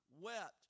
wept